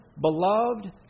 beloved